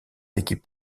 équipes